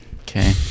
Okay